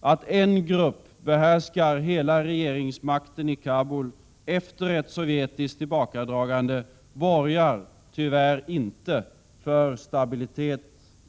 Att en grupp behärskar hela regeringsmakten i Kabul efter ett sovjetiskt tillbakadragande borgar tyvärr icke för stabilitet